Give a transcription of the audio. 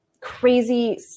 crazy